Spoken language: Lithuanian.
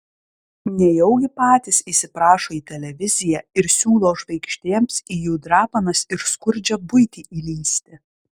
nejaugi patys įsiprašo į televiziją ir siūlo žvaigždėms į jų drapanas ir skurdžią buitį įlįsti